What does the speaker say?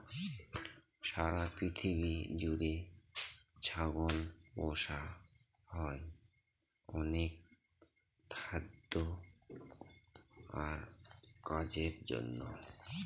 সারা পৃথিবী জুড়ে ছাগল পোষা হয় অনেক খাদ্য আর কাজের জন্য